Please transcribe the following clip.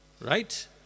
right